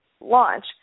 launch